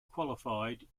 qualified